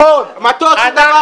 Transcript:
מטוס זה דבר הגיוני.